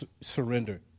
surrender